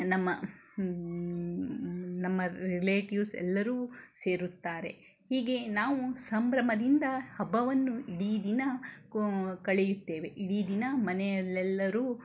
ನಮ್ಮ ನಮ್ಮ ರಿಲೇಟಿವ್ಸ್ ಎಲ್ಲರೂ ಸೇರುತ್ತಾರೆ ಹೀಗೆ ನಾವು ಸಂಭ್ರಮದಿಂದ ಹಬ್ಬವನ್ನು ಇಡೀ ದಿನ ಕುಂ ಕಳೆಯುತ್ತೇವೆ ಇಡೀ ದಿನ ಮನೆಯಲ್ಲೆಲ್ಲರೂ